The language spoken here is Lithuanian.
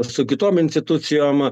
su kitom institucijom